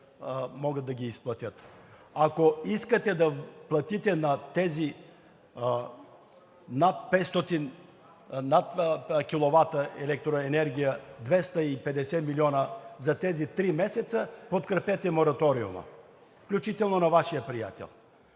могат да ги изплатят? Ако искате да платите на тези над 500, над киловата електроенергия 250 милиона за тези три месеца, подкрепете мораториума, включително на Вашия приятел.